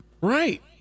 Right